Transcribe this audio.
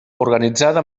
organitzada